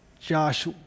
Josh